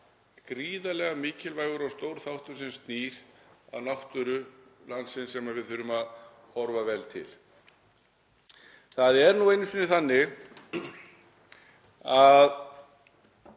gríðarlega mikilvægur og stór þáttur sem snýr að náttúru landsins sem við þurfum að horfa vel til. Það er nú einu sinni þannig að